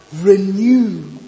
renew